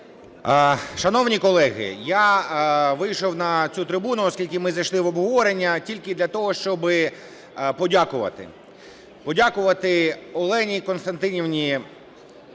Шановні колеги, я вийшов на цю трибуну, оскільки ми зайшли в обговорення, тільки для того, щоб подякувати. Подякувати Олені Костянтинівні